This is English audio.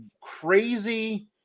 crazy